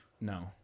No